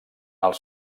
els